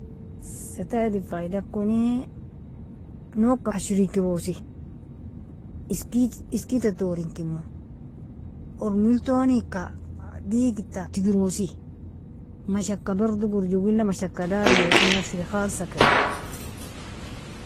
Satayirin faidakoni, nogka ashrikerosi, iskedton torinkemo, ormeilnoti ika digdta tigrosi, mashaka bardo gorjogila mashaka darriosina ashri khalsakera.